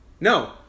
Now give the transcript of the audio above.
No